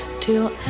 till